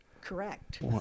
correct